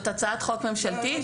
זאת הצעת חוק ממשלתית.